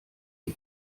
die